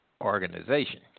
organization